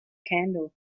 candle